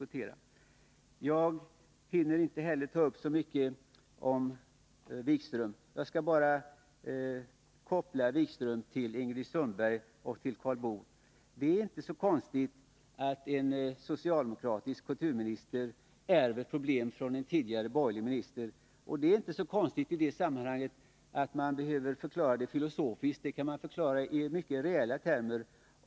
Inte heller nu hinner jag ta upp så mycket av det Jan-Erik Wikström sade. Jag skall bara koppla Jan-Erik Wikström till Ingrid Sundberg och Karl Boo. Det är inte så konstigt att en socialdemokratisk kulturminister ärver problem från en tidigare borgerlig minister. Det behöver man inte förklara filosofiskt, utan det kan förklaras i mycket reella termer.